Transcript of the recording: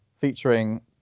featuring